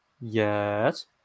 Yes